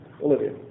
Olivia